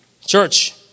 Church